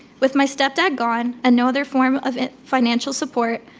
with my stepdad gone, and no other form of financial support,